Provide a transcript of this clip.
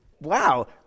Wow